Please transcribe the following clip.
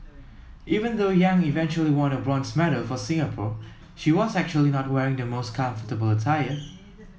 even though Yang eventually won a bronze medal for Singapore she was actually not wearing the most comfortable attire